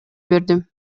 бердим